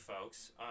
folks